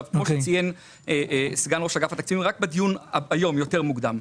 כמו שציין סגן ראש אגף התקציבים רק בדיון היום יותר מוקדם,